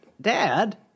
Dad